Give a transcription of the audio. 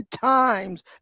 times